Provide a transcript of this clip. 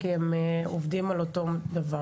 כי הם עובדים על אותו דבר.